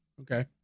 okay